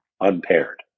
unpaired